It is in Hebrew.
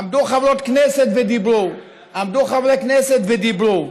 עמדו חברות כנסת ודיברו, עמדו חברי כנסת ודיברו,